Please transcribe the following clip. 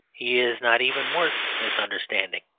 he is not even worth misunderstanding.